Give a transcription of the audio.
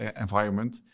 environment